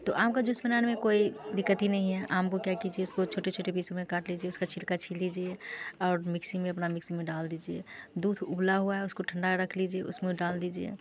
तो आम का जूस बनाने में कोई दिक्कत ही नहीं है आम को क्या कीजिए उसको छोटे छोटे पीस में काट लीजिए उसका छिलका छील लिजिए और मिक्सिं में अपनी मिक्सिंग में डाल दीजिए दूध उबला हुआ है उसको ठंडा रख लीजिए उस में डाल दीजिए